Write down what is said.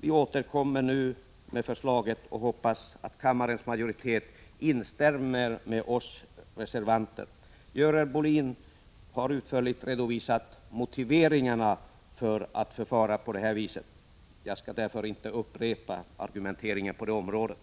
Vi återkommer nu med förslaget, och hoppas att kammarens majoritet instämmer med oss reservanter. Görel Bohlin har utförligt redovisat motiveringarna för att förfara på det viset, och jag skall därför inte upprepa argumenteringen i denna fråga.